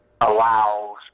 allows